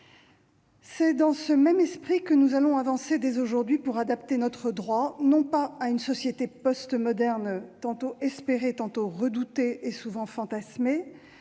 C'est dans ce même esprit que nous allons avancer dès aujourd'hui pour adapter notre droit, non pas à une société post-moderne tantôt espérée, tantôt redoutée et souvent fantasmée,